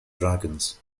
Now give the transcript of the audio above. dragons